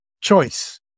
choice